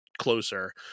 closer